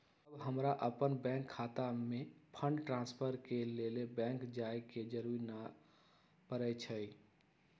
अब हमरा अप्पन बैंक खता में फंड ट्रांसफर के लेल बैंक जाय के जरूरी नऽ परै छइ